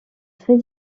très